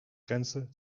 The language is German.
grenze